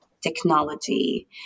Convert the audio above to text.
technology